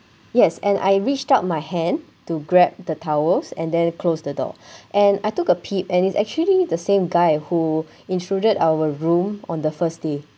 yes and I reached out my hand to grab the towels and then closed the door and I took a peep and it's actually the same guy who intruded our room on the first day